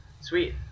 Sweet